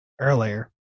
earlier